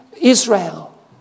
Israel